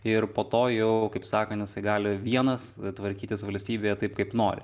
ir po to jau kaip sakant jisai gali vienas tvarkytis valstybėje taip kaip nori